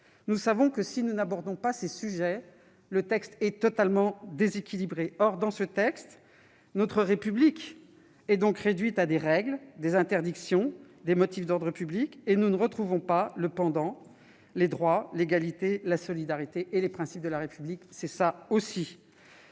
Nous savons que, si nous n'abordons pas ces sujets, le texte est totalement déséquilibré. Or, dans ce texte, notre République est réduite à des règles, à des interdictions, à des motifs d'ordre public. Nous n'y retrouvons pas le pendant que constituent les droits, l'égalité, la solidarité et les principes de la République. De toute